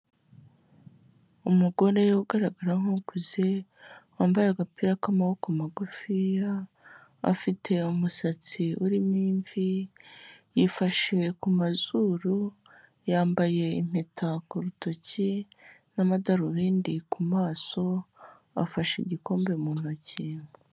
Umugore ugaragara nk'ukuze wambaye agapira k'amaboko magufiya, afite umusatsi urimo imvi yifashiwe ku mazuru, yambaye impeta ku rutoki n'amadarubindi ku maso, afashe igikombe mu ntoki.